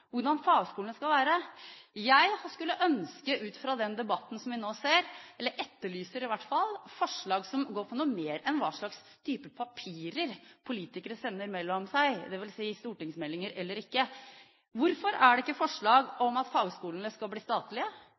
hvordan fagskolene skal være. Jeg skulle ønske ut fra den debatten som vi nå ser – eller jeg etterlyser i hvert fall – forslag som går på noe mer enn hva slags type papirer politikere sender mellom seg, dvs. stortingsmeldinger, eller ikke. Hvorfor er det ikke forslag om at fagskolene skal bli statlige?